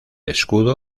escudo